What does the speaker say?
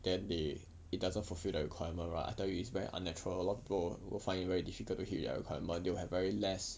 then they it doesn't fulfil the requirement right I tell you it's very unnatural lor people will find it very difficult to hit their requirement will have very less